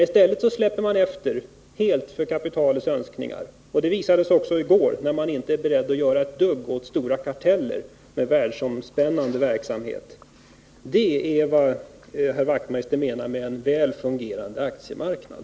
I stället släpper man helt efter för kapitalets önskningar. Det visade sig också i går, då man inte var beredd att göra ett dugg åt stora karteller med världsomspännande verksamhet. — Detta är vad herr Wachtmeister menar med en väl fungerande aktiemarknad.